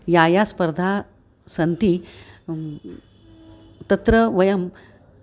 याः याः स्पर्धाः सन्ति तत्र वयं